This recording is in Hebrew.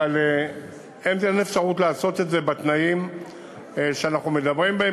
אבל אין אפשרות לעשות את זה בתנאים שאנחנו מדברים בהם,